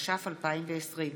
התש"ף 2020,